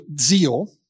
zeal